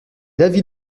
l’avis